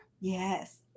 Yes